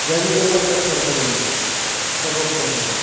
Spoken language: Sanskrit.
वेजिटेबल् कट् कर्तव्यम् इति सर्वप्रथमं